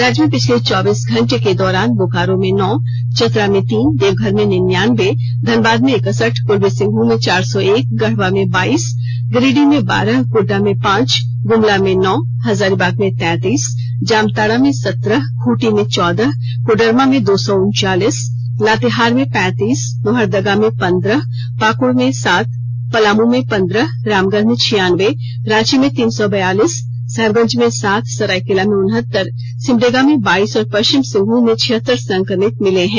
राज्य में पिछले चौबीस घंटे के दौरान बोकारो में नौ चतरा में तीन देवघर में निनायबे धनबाद में इक्सठ पूर्वी सिंहमूम में चार सौ एक गढ़वा में बाईस गिरिडीह में बारह गोड्डा में पांच गमला में नौ हजारीबाग में तैतीस जामताडा में सत्रह खूंटी में चौदह कोडरमा में दो सौ उनचालीस लातेहार में पैतीस लोहरदगा में पंद्रह पाकुड़ में सात पलामू में पंद्रह रामगढ़ में छियानब्बे रांची में तीन सौ बयालीस साहेबगंज में सात सरायकेला में उनहत्तर सिमडेगा में बाईस और पश्चिम सिंहभूम में छियहत्तर संक्रमित मिले हैं